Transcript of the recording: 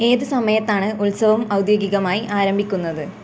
ഏത് സമയത്താണ് ഉത്സവം ഔദ്യോഗികമായി ആരംഭിക്കുന്നത്